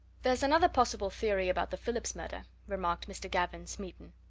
there's another possible theory about the phillips murder, remarked mr. gavin smeaton.